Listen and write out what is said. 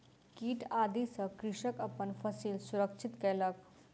कीट आदि सॅ कृषक अपन फसिल सुरक्षित कयलक